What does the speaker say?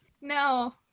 No